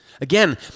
Again